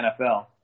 NFL